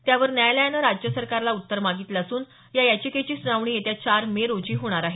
त्यावर न्यायालयानं राज्य सरकारला उत्तर मागितलं असून या याचिकेची सुनावणी येत्या चार मे रोजी होणार आहे